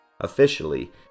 Officially